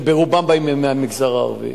שברובן באות מהמגזר הערבי.